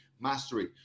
mastery